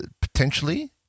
potentially